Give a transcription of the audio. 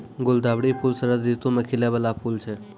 गुलदावरी फूल शरद ऋतु मे खिलै बाला फूल छै